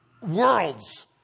worlds